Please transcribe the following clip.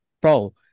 Bro